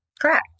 Correct